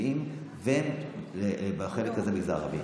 הדתיים והחלק הזה, המגזר הערבי.